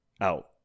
out